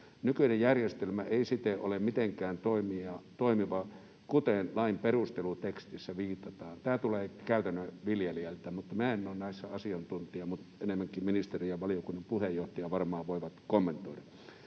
Nykyinen järjestelmä ei siten ole mitenkään toimiva, toisin kuin lain perustelutekstissä viitataan.” Tämä tulee käytännön viljelijältä, enkä minä ole näissä asiantuntija, mutta enemmänkin ministeri ja valiokunnan puheenjohtaja varmaan voivat kommentoida.